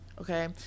okay